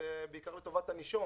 בעיקר לטובת הנישום.